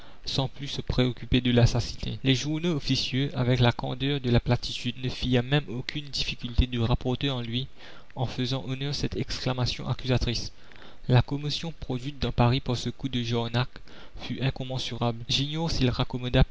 sans plus se préoccuper de l'assassiné les journaux officieux avec la candeur de la platitude ne firent même aucune difficulté de rapporter en lui en faisant honneur cette exclamation accusatrice la commotion produite dans paris par ce coup de jarnac fut incommensurable